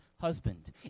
husband